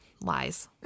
Lies